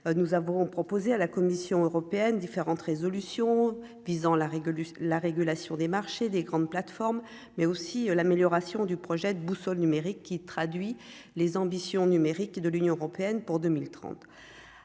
nous avons proposé à la Commission européenne différentes résolutions visant la la régulation des marchés, des grandes plateformes mais aussi l'amélioration du projet de boussole numérique qui traduit les ambitions numériques et de l'Union européenne pour 2030